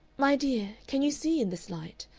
my dear, can you see in this light?